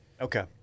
Okay